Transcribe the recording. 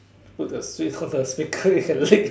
put the sweet on the speaker you can lick